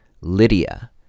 Lydia